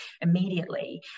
immediately